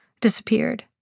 disappeared